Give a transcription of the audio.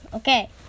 Okay